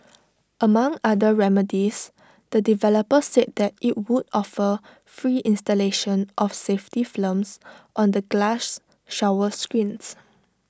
among other remedies the developer said that IT would offer free installation of safety films on the glass shower screens